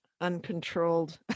Uncontrolled